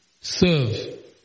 serve